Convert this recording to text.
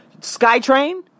Skytrain